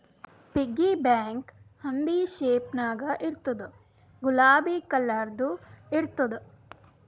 piggy bank ಹಂದಿ shape ನಾಗ್ ಇರ್ತುದ್ ಗುಲಾಬಿ ಕಲರ್ದು ಇರ್ತುದ್